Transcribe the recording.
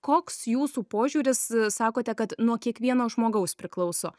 koks jūsų požiūris sakote kad nuo kiekvieno žmogaus priklauso